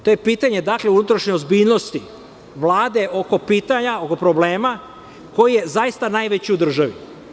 To je pitanje ozbiljnosti Vlade oko pitanja, oko problema, koje je zaista najveće u državi.